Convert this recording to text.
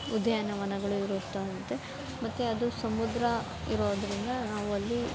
ಉದ್ಯಾನವನಗಳು ಇರುತ್ತವಂತೆ ಮತ್ತು ಅದು ಸಮುದ್ರ ಇರೋದರಿಂದ ನಾವಲ್ಲಿ